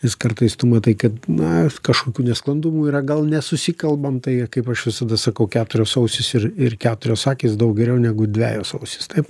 nes kartais tu matai kad na kažkokių nesklandumų yra gal nesusikalbam tai kaip aš visada sakau keturios ausys ir ir keturios akys daug geriau negu dvejos ausys taip